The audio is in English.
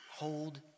Hold